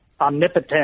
omnipotent